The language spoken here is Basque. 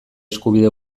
eskubide